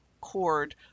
cord